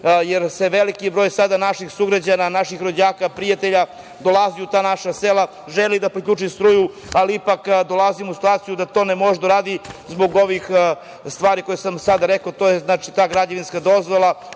jer veliki broj naših sugrađana, naših rođaka, prijatelja dolazi u ta naša sela, želi da priključi struju, ali ipak dolaze u situaciju da to ne mogu da urade zbog ovih stvari koje sam sada rekao. To je ta građevinska dozvola,